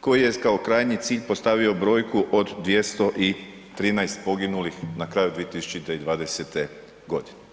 koji je kao krajnji cilj postavio brojku od 213 poginulih na kraju 2020. godine.